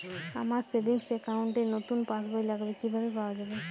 আমার savings account র নতুন পাসবই লাগবে কিভাবে পাওয়া যাবে?